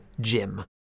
Jim